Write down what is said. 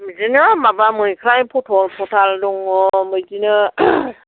बिदिनो माबा मैफ्राय पटल पटाल दङ बिदिनो